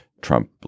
Trump